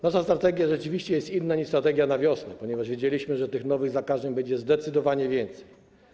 Nasza strategia rzeczywiście jest inna niż strategia na wiosnę, ponieważ wiedzieliśmy, że nowych zakażeń będzie zdecydowanie więcej.